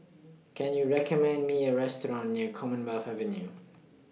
Can YOU recommend Me A Restaurant near Commonwealth Avenue